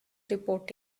report